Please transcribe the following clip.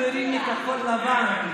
חברים מכחול לבן?